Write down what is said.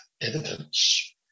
evidence